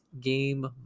game